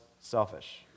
selfish